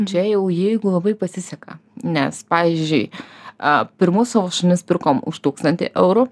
čia jau jeigu labai pasiseka nes pavyzdžiui a pirmus savo šunis pirkom už tūkstantį eurų